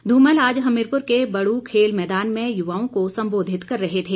ध्रमल आज हमीरपुर के बड़ू खेल मैदान में युवाओं को संबोधित कर रहे थे